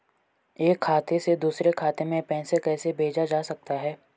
एक खाते से दूसरे खाते में पैसा कैसे भेजा जा सकता है?